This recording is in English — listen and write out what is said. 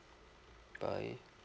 bye